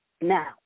Now